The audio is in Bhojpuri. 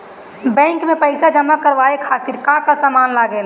बैंक में पईसा जमा करवाये खातिर का का सामान लगेला?